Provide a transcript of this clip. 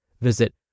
Visit